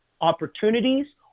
opportunities